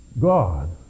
God